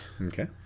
okay